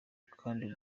kandi